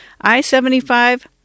I-75